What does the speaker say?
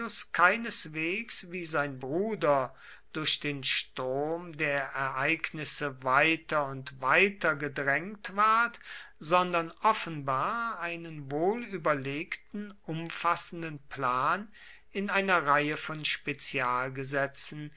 keineswegs wie sein bruder durch den strom der ereignisse weiter und weiter gedrängt ward sondern offenbar einen wohl überlegten umfassenden plan in einer reihe von spezialgesetzen